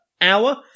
hour